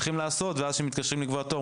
אבל כשהם מתקשרים לקבוע תור,